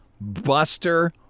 Buster